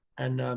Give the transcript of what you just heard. and